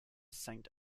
saint